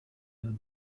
who